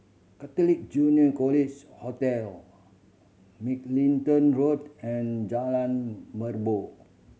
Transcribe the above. Catholic Junior College Hostel Mugliston Road and Jalan Merbok